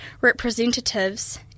representatives